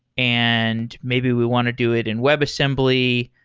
and maybe we want to do it in webassembly.